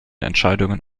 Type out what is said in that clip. entscheidungen